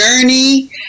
journey